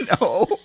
No